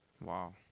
wow